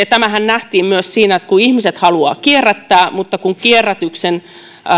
tämähän nähtiin myös siinä että ihmiset haluavat kierrättää mutta kun